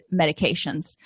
medications